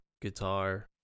guitar